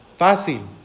fácil